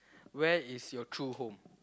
where is your true home